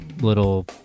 little